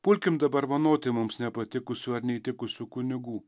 pulkim dabar vanoti mums nepatikusių ar neįtikusių kunigų